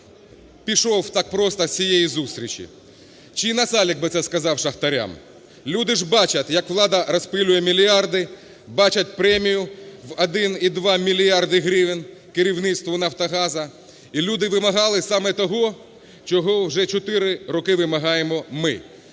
пішов так просто з цієї зустрічі, чи Насалик би це сказав шахтарям. Люди ж бачать, як влада розпилює мільярди, бачать премію в 1,2 мільярда гривень керівництву "Нафтогазу", і люди вимагали саме того, чого вже 4 роки вимагаємо ми.